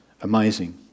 amazing